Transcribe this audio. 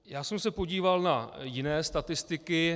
Já jsem se podíval na jiné statistiky.